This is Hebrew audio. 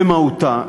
במהותה.